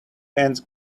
hands